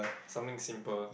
something simple